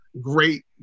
great